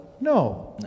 No